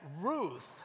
Ruth